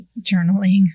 journaling